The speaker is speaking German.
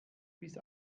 bis